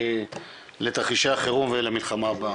לתרחישי החירום ולמלחמה הבאה.